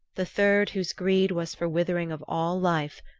the third, whose greed was for withering of all life,